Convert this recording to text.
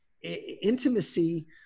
intimacy